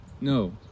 No